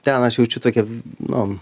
ten aš jaučiu tokį nu